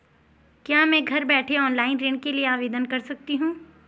क्या मैं घर बैठे ऑनलाइन ऋण के लिए आवेदन कर सकती हूँ?